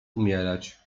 umierać